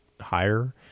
higher